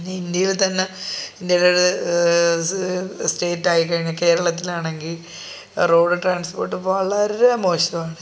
ഇനി ഇൻഡ്യയിൽ തന്നെ ഇൻഡ്യ സ്റ്റേറ്റ് ആയിക്കഴിഞ്ഞാൽ കേരളത്തിലാണെങ്കിൽ റോഡ് ട്രാൻസ്പോർട്ട് വളരെ മോശമാണ്